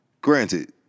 Granted